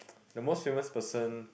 the most famous person